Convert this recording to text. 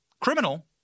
criminal